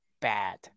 bad